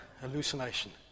hallucination